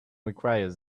requires